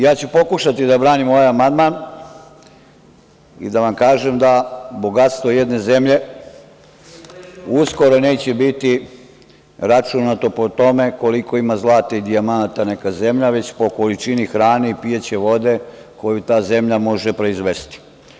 Ja ću pokušati da branim ovaj amandman i da vam kažem da bogatstvo jedne zemlje uskoro neće biti računato po tome koliko ima zlata i dijamanata neka zemlja, već po količini hrane i pijaće vode koju ta zemlja može proizvesti.